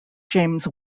james